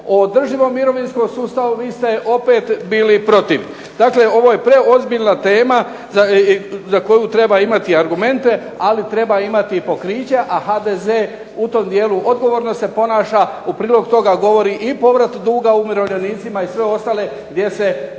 o održivom mirovinskom sustavu. Vi ste opet bili protiv. Dakle, ovo je preozbiljna tema za koju treba imati argumente, ali treba imati i pokriće, a HDZ u tom dijelu odgovorno se ponaša. U prilog toga govori i povrat duga umirovljenicima i sve ostale gdje se